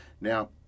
Now